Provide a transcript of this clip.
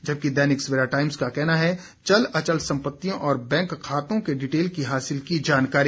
जबकि दैनिक सवेरा टाइम्स का कहना है चल अचल संपत्तियों और बैंक खातों के डिटेल की हासिल की जानकारी